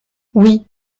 oui